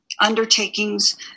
undertakings